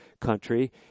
country